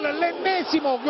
l'ennesimo